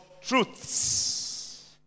Truths